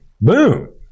Boom